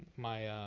my